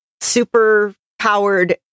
super-powered